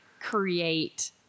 create